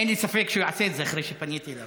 אין לי ספק שהוא יעשה את זה אחרי שפניתי אליו,